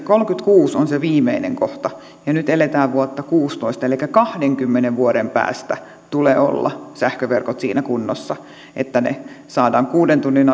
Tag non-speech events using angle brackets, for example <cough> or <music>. kaksituhattakolmekymmentäkuusi on se viimeinen kohta ja nyt eletään vuotta kaksituhattakuusitoista elikkä kahdenkymmenen vuoden päästä tulee olla sähköverkkojen siinä kunnossa että ne saadaan kuuden tunnin <unintelligible>